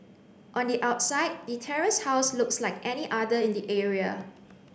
on the outside the terraced house looks like any other in the area